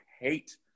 hate